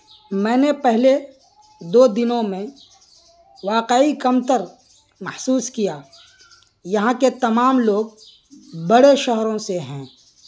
میں نے پہلے دو دنوں میں واقعی کمتر محسوس کیا یہاں کے تمام لوگ بڑے شہروں سے ہیں